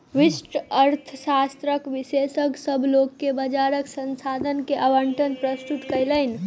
व्यष्टि अर्थशास्त्रक विशेषज्ञ, सभ लोक के बजारक संसाधन के आवंटन प्रस्तुत कयलैन